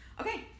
Okay